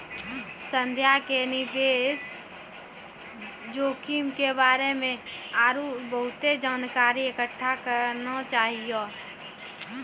संध्या के निवेश जोखिम के बारे मे आरु बहुते जानकारी इकट्ठा करना चाहियो